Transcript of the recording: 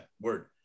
word